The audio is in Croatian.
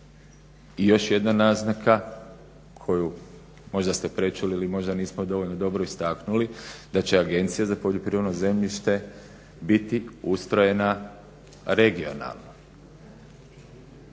I još jedna naznaka koju možda ste prečuli ili možda nismo dovoljno dobro istaknuli da će Agencija za poljoprivredno zemljište biti ustrojena regionalno.